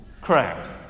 crowd